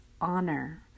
honor